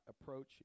approach